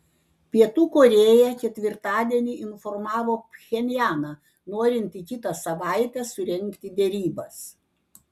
pietų korėja ketvirtadienį informavo pchenjaną norinti kitą savaitę surengti derybas